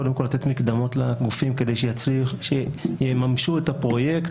קודם כול לתת מקדמות לגופים כדי שיממשו את הפרויקט.